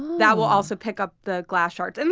that will also pick up the glass shards. and